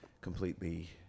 completely